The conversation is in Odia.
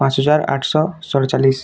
ପାଞ୍ଚ୍ ହଜାର୍ ଆଠଶହ ସତ୍ଚାଳିଶ୍